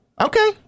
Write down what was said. Okay